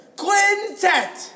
quintet